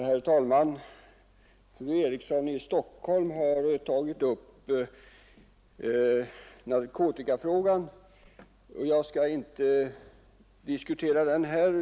Herr talman! Fru Eriksson i Stockholm har tagit upp narkotikafrågan.